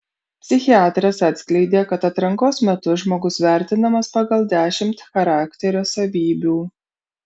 psichiatras atskleidė kad atrankos metu žmogus vertinamas pagal dešimt charakterio savybių